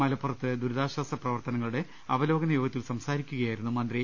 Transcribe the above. മലപ്പുറത്ത് ദുരി താശ്വാസ പ്രവർത്തനങ്ങളുടെ അവലോകന യോഗത്തിൽ സംസാരി ക്കുകയായിരുന്നു അദ്ദേഹം